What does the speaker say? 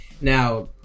Now